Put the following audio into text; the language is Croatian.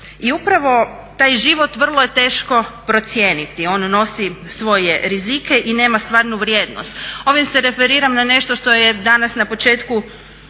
I upravo taj život vrlo je teško procijeniti, on nosi svoje rizike i nema stvarnu vrijednost. Ovim se referiram na nešto što je danas na početku